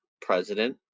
president